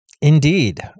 Indeed